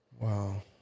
Wow